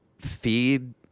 feed